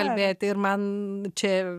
kalbėti ir man čia